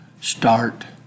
start